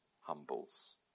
humbles